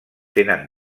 tenen